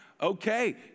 Okay